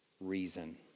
reason